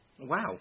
Wow